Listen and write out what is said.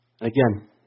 Again